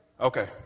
Okay